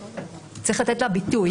אבל צריך לתת לה ביטוי.